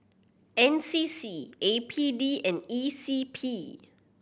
N C C A P D and E C P